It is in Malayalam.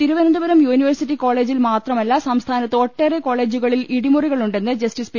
തിരുവനന്തപുരം യൂണിവേഴ്സിറ്റി കോളേജിൽ മാത്രമല്ല സംസ്ഥാനത്ത് ഒട്ടേറെ കോളേജുകളിൽ ഇടിമുറികളുണ്ടെന്ന് ജസ്റ്റിസ് പി